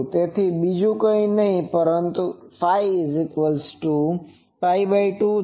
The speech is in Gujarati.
તેથી તે બીજું કઈ નહીં પરંતુ ɸ2 છે